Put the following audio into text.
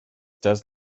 does